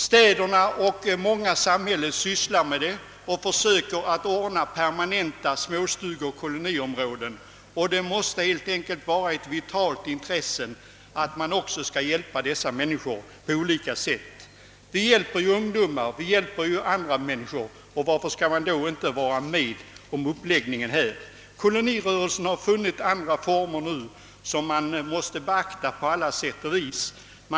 Städerna och många andra stora samhällen sysslar med dessa frågor och försöker ordna permanenta småstugeoch koloniområden, och betonar att det måste vara en vital samhällsangelägenhet att hjälpa dessa medborgare. Vi hjälper ungdomar och andra grupper, varför skall vi då inte också kunna ingripa i det här fallet. Kolonirörelsen har nu funnit andra, modernare former som på alla sätt måste beaktas.